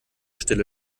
stille